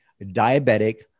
diabetic